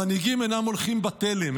המנהיגים אינם הולכים בתלם,